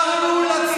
אבל 65 מנדטים,